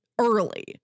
early